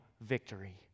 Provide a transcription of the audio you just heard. victory